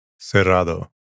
Cerrado